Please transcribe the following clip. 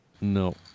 No